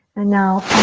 and now,